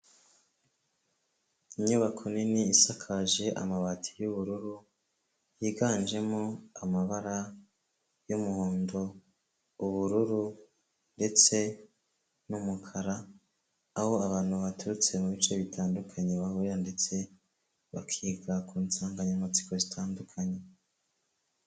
Inyubako nini isakaje amabati y'ubururu, yiganjemo amabara y'umuhondo, ubururu ndetse n'umukara aho abantu baturutse mu bice bitandukanye, bahurira ndetse bakiga ku nsanganyamatsiko zitandukanye.